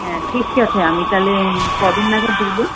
হ্যাঁ ঠিকই আছে আমি তাহলে কবে নাগাদ যাবো